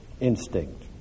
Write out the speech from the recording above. instinct